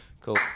Cool